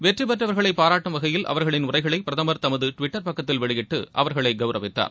வெற்றிபெற்றவர்களை பாராட்டும் வகையில் அவர்களின் உரைகளை பிரதம் தமது டுவிட்டர் பக்கத்தில் வெளியிட்டு அவர்களை கௌரவித்தார்